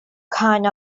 kind